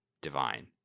divine